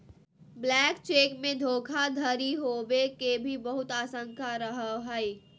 blank cheque मे धोखाधडी होवे के भी बहुत आशंका रहो हय